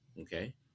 Okay